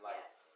Yes